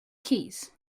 keys